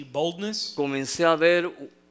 boldness